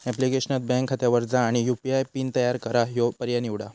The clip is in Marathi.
ऍप्लिकेशनात बँक खात्यावर जा आणि यू.पी.आय पिन तयार करा ह्यो पर्याय निवडा